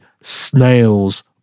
snail's